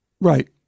Right